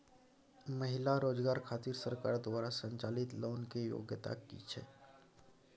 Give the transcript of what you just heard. महिला रोजगार खातिर सरकार द्वारा संचालित लोन के योग्यता कि छै?